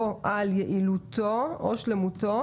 על יעילותו או שלמותו".